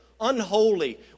unholy